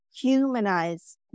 humanize